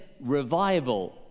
Revival